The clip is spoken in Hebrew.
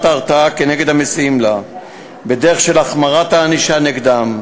ההרתעה נגד המסייעים לה בדרך של החמרת הענישה נגדם.